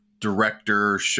director